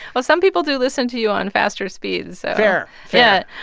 well, some people do listen to you on faster speed, so. fair, fair yeah